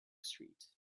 street